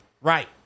Right